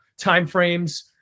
timeframes